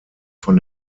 von